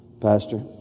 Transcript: Pastor